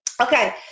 Okay